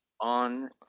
on